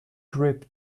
grip